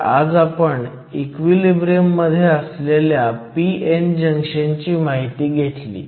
तर आज आपण इक्विलिब्रियम मध्ये असलेल्या p n जंक्शन ची माहिती घेतली